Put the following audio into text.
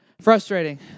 Frustrating